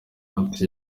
ati